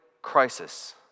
Crisis